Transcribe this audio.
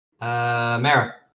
Mara